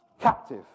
captive